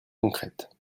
concrètes